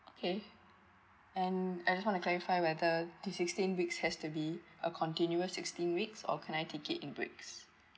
okay and I just want to clarify whether this sixteen weeks has to be a continuous sixteen weeks or can I take it in breaks